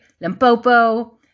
Limpopo